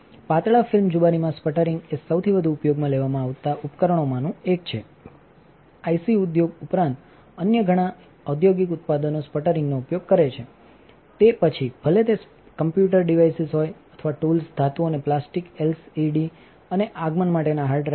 પાતળા ફિલ્મ જુબાનીમાં સ્પટરિંગ એ સૌથી વધુ ઉપયોગમાં લેવામાં આવતા ઉપકરણોમાંનું એક છે આઇસી ઉદ્યોગ ઉપરાંત અન્ય ઘણા industrialદ્યોગિક ઉત્પાદનો સ્પટરિંગનો ઉપયોગ કરે છે પછી ભલે તે કમ્પ્યુટર ડિવાઇસીસ હોય અથવા ટૂલ્સ ધાતુઓ અને પ્લાસ્ટિક એલસીડી અને આગમનમાટેના હાર્ડ ડ્રાઈવ હોય